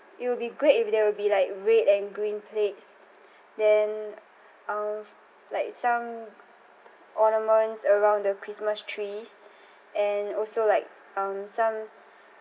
it will be great if there will be like red and green plates then um f~ like some ornaments around the christmas trees and also like um some